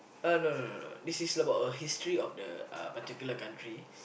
uh no no no no no this is about a history of the uh particular country